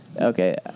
Okay